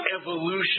evolution